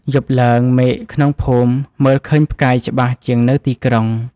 យប់ឡើង មេឃក្នុងភូមិមើលឃើញផ្កាយច្បាស់ជាងនៅទីក្រុង។